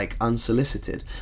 unsolicited